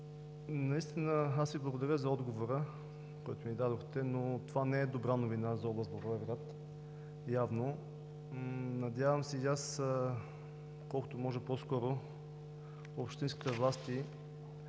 наистина Ви благодаря за отговора, който ми дадохте, но явно това не е добра новина за област Благоевград. Надявам се и аз колкото се може по-скоро общинските власти